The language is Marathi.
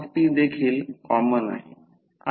5 कोन 2 o आणि V2 ची परिमाण 1925 व्होल्ट असेल